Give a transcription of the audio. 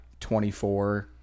24